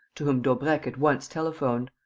to whom daubrecq at once telephoned.